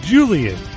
Julian